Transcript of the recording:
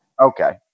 Okay